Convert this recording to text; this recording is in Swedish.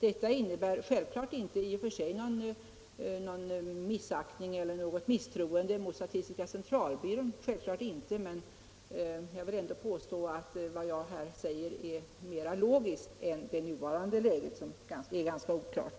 Detta innebär självfallet inte i och för sig något misstroende mot statistiska centralbyrån. Jag vill ändå påstå att vad jag här säger är mera logiskt än det nuvarande rättsläget.